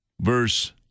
Verse